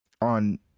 on